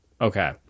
Okay